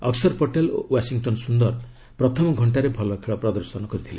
ଅକ୍କର ପଟେଲ୍ ଓ ୱାଶିଙ୍ଗ୍ଟନ୍ ସୁନ୍ଦର ପ୍ରଥମ ଘଣ୍ଟାରେ ଭଲ ଖେଳ ପ୍ରଦର୍ଶନ କରିଥିଲେ